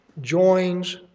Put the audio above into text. joins